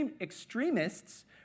extremists